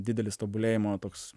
didelis tobulėjimo toks